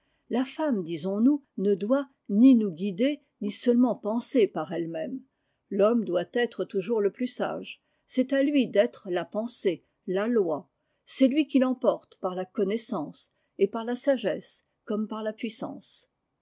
la femme disons-nous ne doit ni nous guider ni seulement penser par elle-même l'homme doit être toujours le plus sage c'est à lui d'être la pensée la loi c'est lui qui l'emporte par la connaissance et par la sagesse comme par la puissance